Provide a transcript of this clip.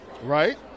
right